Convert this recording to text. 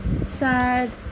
sad